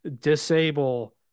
disable